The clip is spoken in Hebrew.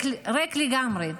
ריק לגמרי.